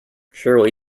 surely